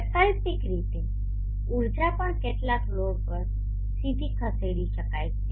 વૈકલ્પિક રીતે ઉર્જા પણ કેટલાક લોડ પર સીધી ખસેડી શકાય છે